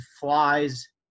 flies